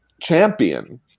champion